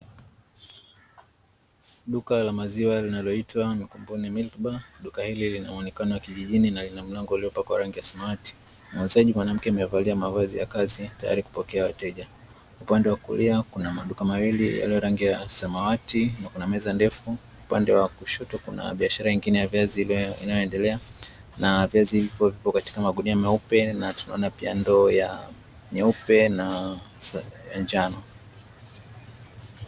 Duka la maziwa linaloitwa "mikumbune milki bar", duka hili lina muonekano wa kijijini, na lina mlango uliopakwa rangi ya samawati. Muuzaji mwanamke amevalia mavazi ya kazi, tayari kuwapokea wateja. Upande wa kulia kuna maduka mawili yaliyo rangi ya samawati na kuna meza ndefu, upande wa kushoto kuna biashara nyingine ya viazi inayoendelea, na viazi hivyo vipo katika magunia meupe, na tunaona pia ndoo ya nyeupe na ya njano.